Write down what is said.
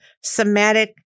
somatic